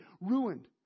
ruined